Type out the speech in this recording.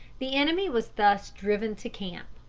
the enemy was thus driven to camp.